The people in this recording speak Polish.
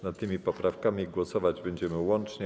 Nad tymi poprawkami głosować będziemy łącznie.